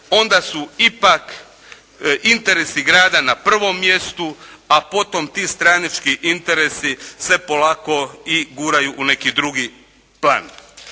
onda su ipak interesi grada na prvom mjestu, a potom ti stranački interesi se polako guraju u neki drugi plan.